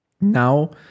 now